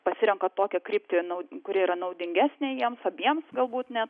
pasirenka tokią kryptį naud kuri yra naudingesnė jiems abiems galbūt net